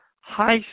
high